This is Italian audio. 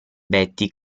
betty